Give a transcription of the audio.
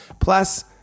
Plus